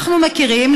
אנחנו מכירים,